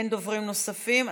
אין דוברים נוספים.